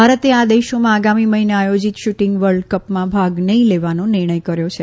ભારતે આ દેશોમાં આગામી મહિને આથોજીત શુટીંગ વર્લ્ડ કપમાં ભાગ નહી લેવાનો નિર્ણય કર્યો છે